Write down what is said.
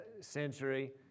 century